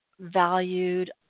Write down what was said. valued